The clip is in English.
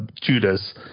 Judas